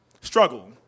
Struggle